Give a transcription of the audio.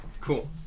Cool